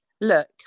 Look